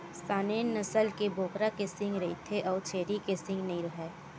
Saanen नसल के बोकरा के सींग रहिथे अउ छेरी के सींग नइ राहय